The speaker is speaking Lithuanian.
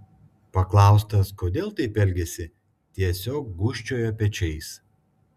paklaustas kodėl taip elgėsi tiesiog gūžčiojo pečiais